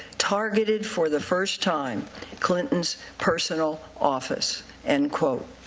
targeted for the first time clinton's personal office and